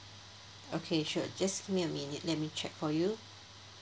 okay sure just give me a minute let me check for you